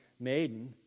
maiden